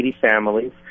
families